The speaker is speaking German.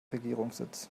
regierungssitz